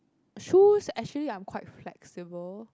shoes actually I am quite flexible